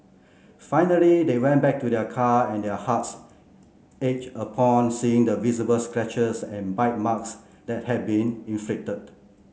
finally they went back to their car and their hearts upon seeing the visible scratches and bite marks that had been inflicted